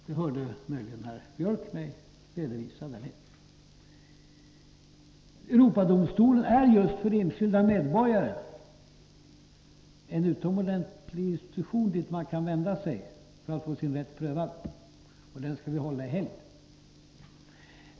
Det hörde möjligen herr Björck mig redovisa där nere. Europadomstolen är just för enskilda medborgare en utomordentlig institution dit man kan vända sig för att få sin rätt prövad, och den skall vi hålla i helgd.